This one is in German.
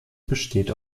besteht